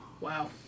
Wow